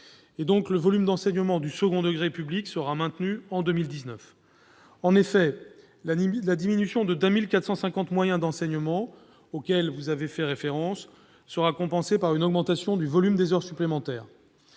le volume d'enseignement du second degré public sera-t-il maintenu en 2019. En effet, la diminution de 2 450 moyens d'enseignement, auxquels vous avez fait référence, sera compensée par une augmentation du volume des heures supplémentaires.